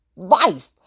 life